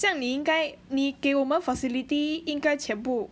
这样你应该你给我们 facility 应该全部